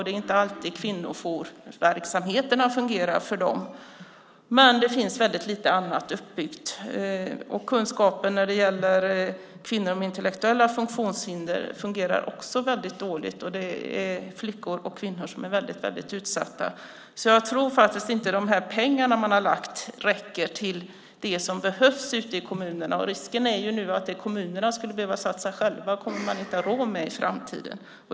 Det är inte alltid kvinnojoursverksamheterna fungerar för dem. Men det finns ytterst lite annat uppbyggt. Kunskapen om kvinnor med intellektuella funktionshinder är också dålig. Dessa flickor och kvinnor är mycket utsatta. Jag tror inte att pengarna man har lagt räcker till det som behövs i kommunerna. Risken är att det kommunerna skulle behöva satsa själva kommer man inte att ha råd med i framtiden.